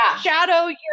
shadow